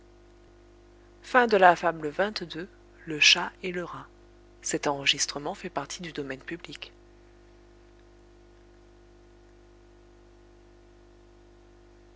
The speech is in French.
le chat et le rat